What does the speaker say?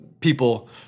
people